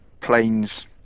planes